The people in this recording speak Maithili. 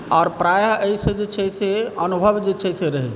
आओर प्रायः एहिसँ जे छै से अनुभव जे चाही से रहै